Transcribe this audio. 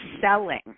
selling